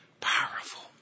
powerful